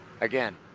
Again